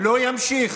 לא יימשך.